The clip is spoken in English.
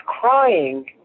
crying